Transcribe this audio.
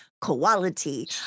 quality